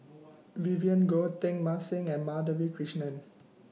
Vivien Goh Teng Mah Seng and Madhavi Krishnan